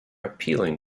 appealing